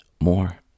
more